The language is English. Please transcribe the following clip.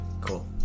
cool